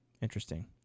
Interesting